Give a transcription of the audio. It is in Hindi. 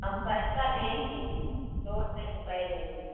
हम पैसा लेंगे दो सौ रुपये लेंगे